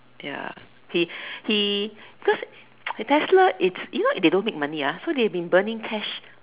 ya he he cause Tesla it's you know they don't make money ah so they have been burning cash